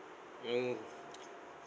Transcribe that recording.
mm